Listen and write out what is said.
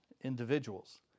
individuals